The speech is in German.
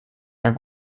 einen